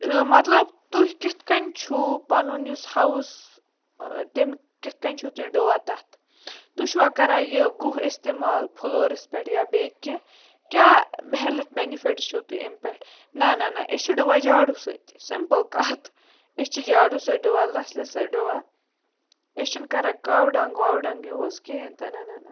مطلب تُہۍ کِتھ کٔنۍ چھُو پَنُن یُس ہاوُس تَمہِ کِتھ کٔنۍ چھُو تُہۍ ڈُوان تَتھ تُہۍ چھُوا کَران یہِ گُہہ اِستعمال پھٕلورَس پٮ۪ٹھ یا بیٚیہِ کیٚنٛہہ کیٛاہ ہٮ۪لٕتھ بٮ۪نِفِٹ چھِو تُہۍ اَمہِ پٮ۪ٹھ نہ نہ نہ أسۍ چھِ ڈُوان جاڑوٗ سۭتۍ سِمپٕل کَتھ أسۍ چھِ جاڑوٗ سۭتۍ ڈُوان لَسلہِ سۭتۍ ڈُوان أسۍ چھِنہٕ کَران کَو ڈنٛگ وَو ڈنٛگ یوٗز کِہیٖنۍ تہٕ نہ نہ نہ